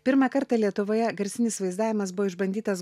pirmą kartą lietuvoje garsinis vaizdavimas buvo išbandytas